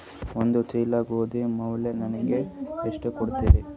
ಒಂದ ಚೀಲ ಗೋಧಿ ಮ್ಯಾಲ ನನಗ ಎಷ್ಟ ಕೊಡತೀರಿ?